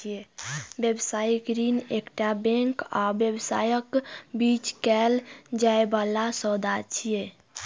व्यावसायिक ऋण एकटा बैंक आ व्यवसायक बीच कैल जाइ बला सौदा होइ छै